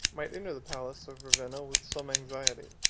might enter the palace of ravenna with some anxiety,